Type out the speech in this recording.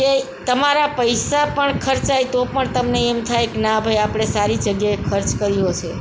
કે તમારા પૈસા પણ ખર્ચાય તો પણ તમને એમ થાય કે ના ભાઈ આપણે સારી જગ્યાએ ખર્ચ કર્યો છે